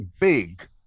big